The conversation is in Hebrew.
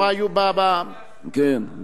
גט על-ידי שליח יש בתורה, נכון, נכון.